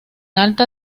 alta